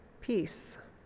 peace